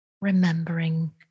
remembering